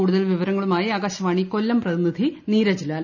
കൂടുതൽ വിവരങ്ങളുമായി ആകാശവാണി കൊല്ലം പ്രതിനിധി നീരജ് ലാൽ